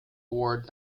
award